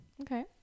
Okay